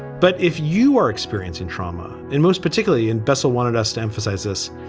but if you are experiencing trauma in most particularly in bessel wanted us to emphasize this.